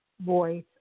voice